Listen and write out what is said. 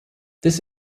this